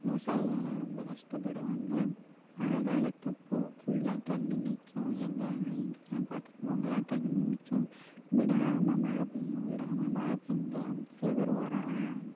விவசாயிகள்லாம் ரொம்ப கஷ்டப்படுவாங்க மழை காலத்தப்போது ஃபுல்லாக தண்ணி நிற்கும் எங்கேன்னா எங்கேலாம் பார்க்குறோமோ அங்கேலாம் தண்ணி நிற்கும் விடாமல் மழை பொய்யும் விடாமல் மழை பெஞ்சால் செவரு ஓரலான்